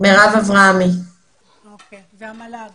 בעיקרון החוק הסמיך את מל"ג